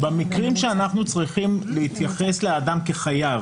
במקרים שאנחנו צריכים להתייחס לאדם כחייב,